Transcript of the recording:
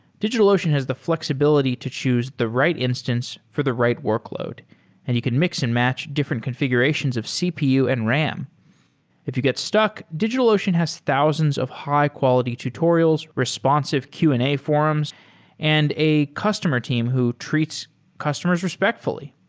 digitalocean has the flexibility to choose the right instance for the right workload and you can mix and match different configurations of cpu and ram if you get stuck, digitalocean has thousands of high-quality tutorials, responsive q and a forums and a customer team who treats customers respectfully.